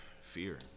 fear